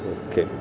okay